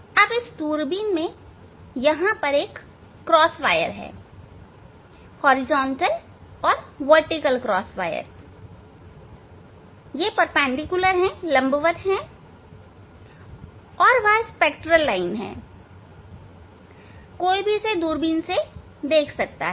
अब इस दूरबीन में यहां एक क्रॉसवायर् हॉरिजॉन्टल और वर्टिकल क्रॉस वायर लंबवत क्रॉसवायर हैं और वह स्पेक्ट्रल लाइन हैं कोई भी इसे दूरबीन से देख सकता हैं